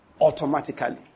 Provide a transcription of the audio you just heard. automatically